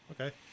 Okay